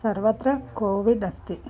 सर्वत्र कोविड् अस्ति